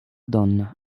donna